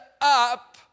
up